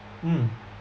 mm